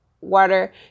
Water